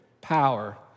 power